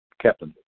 Captain